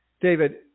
David